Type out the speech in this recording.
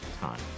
time